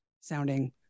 sounding